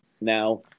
now